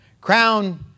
Crown